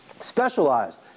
Specialized